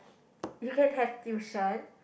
you can have tuition